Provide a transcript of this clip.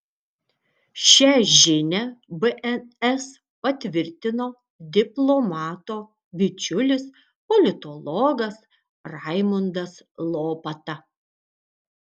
šią žinią bns patvirtino diplomato bičiulis politologas raimundas lopata